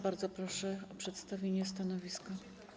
Bardzo proszę o przedstawienie stanowiska.